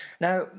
now